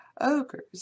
ogres